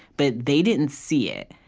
but they didn't see it.